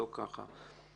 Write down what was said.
לא ככה.